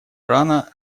ирана